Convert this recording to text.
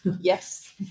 Yes